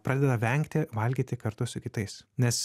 pradeda vengti valgyti kartu su kitais nes